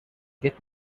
get